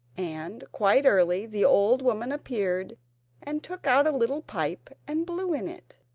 and quite early the old woman appeared and took out a little pipe and blew in it,